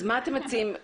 אז מה אתם מציעים?